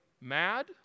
mad